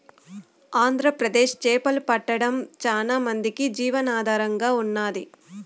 ఆంధ్రప్రదేశ్ చేపలు పట్టడం చానా మందికి జీవనాధారంగా ఉన్నాది